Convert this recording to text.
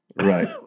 Right